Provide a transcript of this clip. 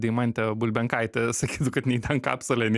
deimantė bulbenkaitė sakytų kad nei ten kapsulė nei